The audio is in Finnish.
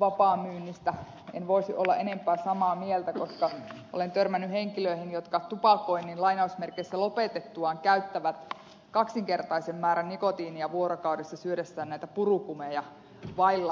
vapaamyynnistä en voisi olla enempää samaa mieltä koska olen törmännyt henkilöihin jotka tupakoinnin lainausmerkeissä lopetettuaan käyttävät kaksinkertaisen määrän nikotiinia vuorokaudessa syödessään näitä purukumeja vailla riittävää ohjausta